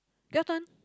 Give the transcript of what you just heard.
your turn